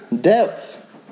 depth